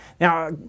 Now